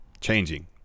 changing